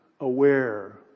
aware